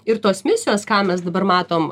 ir tos misijos ką mes dabar matom